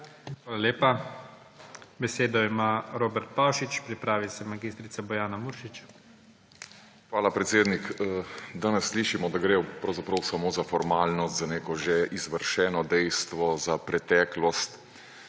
Hvala lepa. Besedo ima Robert Pavšič, pripravi se mag. Bojana Muršič. ROBERT PAVŠIČ (PS LMŠ): Hvala, predsednik. Danes slišimo, da gre pravzaprav samo za formalnost, za neko že izvršeno dejstvo, za preteklost.